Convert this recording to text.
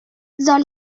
soll